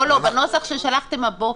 לא, בנוסח ששלחתם הבוקר.